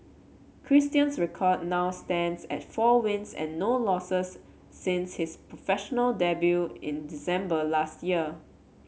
Christian's record now stands at four wins and no losses since his professional debut in December last year